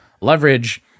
leverage